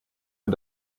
und